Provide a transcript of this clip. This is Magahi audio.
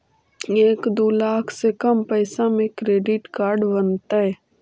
एक दू लाख से कम पैसा में क्रेडिट कार्ड बनतैय?